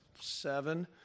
seven